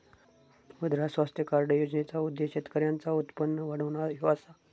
मुद्रा स्वास्थ्य कार्ड योजनेचो उद्देश्य शेतकऱ्यांचा उत्पन्न वाढवणा ह्यो असा